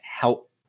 help